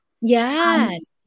yes